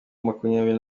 makumyabiri